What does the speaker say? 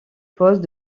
poste